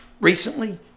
recently